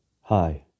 Hi